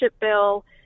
bill